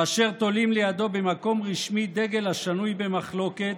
כאשר תולים לידו במקום רשמי דגל השנוי במחלוקת,